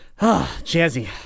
Jazzy